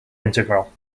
integral